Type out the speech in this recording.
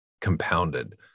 compounded